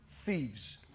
thieves